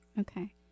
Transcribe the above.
Okay